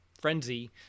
frenzy